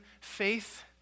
faith